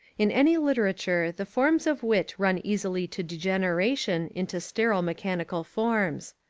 in any literature the forms of wit run easily to degeneration into sterile mechanical forms.